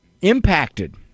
impacted